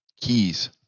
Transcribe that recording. keys